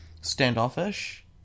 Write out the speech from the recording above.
standoffish